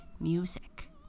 music